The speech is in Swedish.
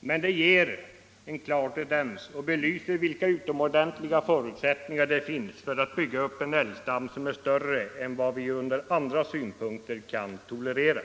Men det anger en klar tendens och belyser vilka utomordentliga förutsättningar det finns för att bygga upp en älgstam, som t.o.m. är större än vad vi ur andra synpunkter kan tolerera.